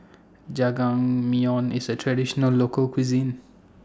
Jajangmyeon IS A Traditional Local Cuisine